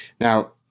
Now